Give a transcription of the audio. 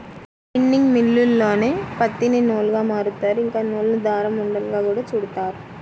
spinning మిల్లుల్లోనే పత్తిని నూలుగా మారుత్తారు, ఇంకా నూలును దారం ఉండలుగా గూడా చుడతారు